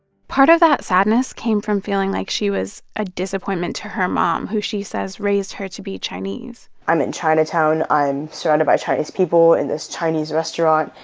part of that sadness came from feeling like she was a disappointment to her mom, who she says raised her to be chinese i'm in chinatown. i'm surrounded by chinese people in this chinese restaurant.